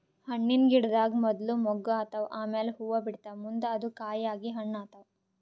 ಹಣ್ಣಿನ್ ಗಿಡದಾಗ್ ಮೊದ್ಲ ಮೊಗ್ಗ್ ಆತವ್ ಆಮ್ಯಾಲ್ ಹೂವಾ ಬಿಡ್ತಾವ್ ಮುಂದ್ ಅದು ಕಾಯಿ ಆಗಿ ಹಣ್ಣ್ ಆತವ್